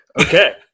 okay